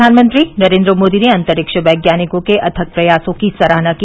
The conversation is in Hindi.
प्रधानमंत्री नरेन्द्र मोदी ने अंतरिक्ष दैज्ञानिकों के अथक प्रयासों की सराहना की